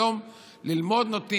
היום נותנים ללמוד.